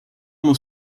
was